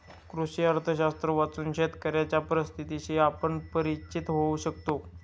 कृषी अर्थशास्त्र वाचून शेतकऱ्यांच्या परिस्थितीशी आपण परिचित होऊ शकतो